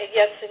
yes